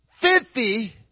Fifty